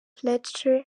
fletcher